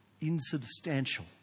insubstantial